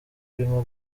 irimo